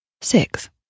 six